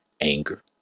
anger